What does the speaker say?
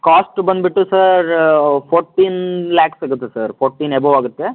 cost ಬಂದ್ಬಿಟ್ಟು sir fourteen lakhs ಆಗುತ್ತೆ sir fourteen above ಆಗುತ್ತೆ